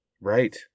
Right